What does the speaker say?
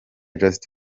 just